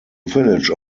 village